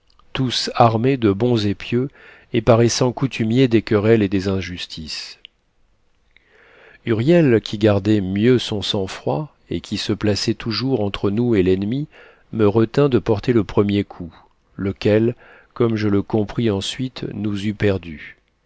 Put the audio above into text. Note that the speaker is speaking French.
tous armés de bons épieux et paraissant coutumiers des querelles et des injustices huriel qui gardait mieux son sang-froid et qui se plaçait toujours entre nous et l'ennemi me retint de porter le premier coup lequel comme je le compris ensuite nous eût perdus